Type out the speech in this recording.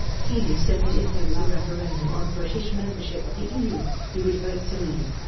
healey said that if there was a referendum on british membership of the eu, he would vote to leave.